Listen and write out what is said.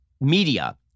media